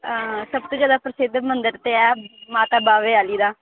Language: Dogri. सब तों ज्यादा प्रसिद्ध मंदर ते ऐ माता बाह्वे आह्ली दा